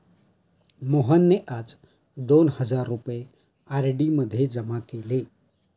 मोहनने आज दोन हजार रुपये आर.डी मध्ये जमा केले